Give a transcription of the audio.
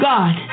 God